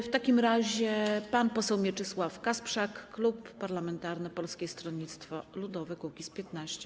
W takim razie pan poseł Mieczysław Kasprzak, klub parlamentarny Polskiego Stronnictwa Ludowego - Kukiz15.